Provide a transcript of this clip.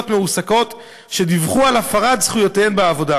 מועסקות שדיווחו על הפרת זכויותיהן בעבודה,